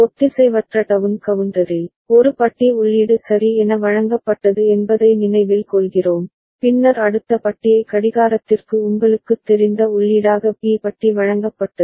ஒத்திசைவற்ற டவுன் கவுண்டரில் ஒரு பட்டி உள்ளீடு சரி என வழங்கப்பட்டது என்பதை நினைவில் கொள்கிறோம் பின்னர் அடுத்த பட்டியை கடிகாரத்திற்கு உங்களுக்குத் தெரிந்த உள்ளீடாக B பட்டி வழங்கப்பட்டது